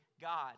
God